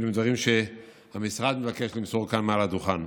אלו דברים שהמשרד מבקש למסור כאן, מעל הדוכן.